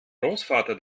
großvater